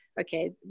okay